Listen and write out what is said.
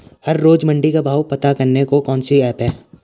हर रोज़ मंडी के भाव पता करने को कौन सी ऐप है?